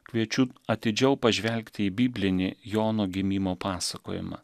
kviečiu atidžiau pažvelgti į biblinį jono gimimo pasakojimą